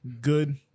good